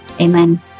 Amen